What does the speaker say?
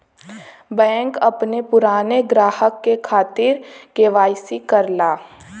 bank अपने पुराने ग्राहक के खातिर के.वाई.सी करला